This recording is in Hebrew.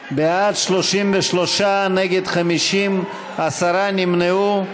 בעד, 33, נגד, 50, עשרה נמנעו.